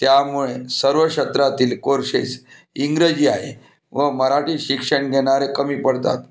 त्यामुळे सर्व क्षेत्रातील कोर्शेस इंग्रजी आहे व मराठी शिक्षण घेणारे कमी पडतात